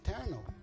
eternal